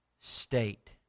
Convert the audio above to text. state